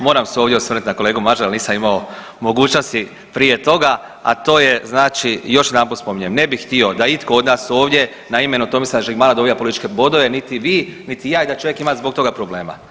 Moram se ovdje osvrnuti na kolegu Mažara jer nisam imao mogućnosti prije toga, a to je znači još jedanput spominjem ne bih htio da itko od nas ovdje na imenu Tomislava Žigmana dobije političke bodove, niti vi, niti ja i da čovjek ima zbog toga problema.